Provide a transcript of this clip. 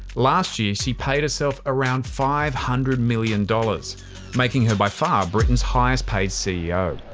last year she paid herself around five hundred million dollars making her by far britain's highest paid ceo.